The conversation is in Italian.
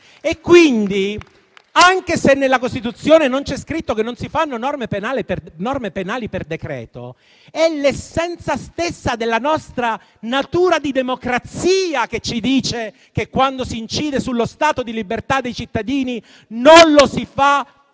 Pertanto, anche se nella Costituzione non è scritto che non si fanno norme penali per decreto-legge è l'essenza stessa della nostra natura di democrazia che ci dice che quando si incide sullo stato di libertà dei cittadini non lo si fa con